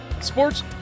Sports